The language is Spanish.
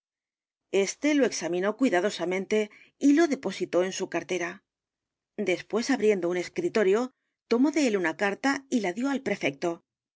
este lo examinó cuidadosamente y lo depositó en su c a r t e r a después abriendo un escritorio tomó de él una carta y la dio al prefecto